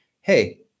Hey